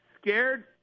Scared